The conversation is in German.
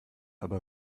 aber